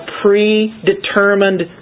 predetermined